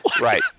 Right